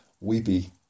weepy